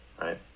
right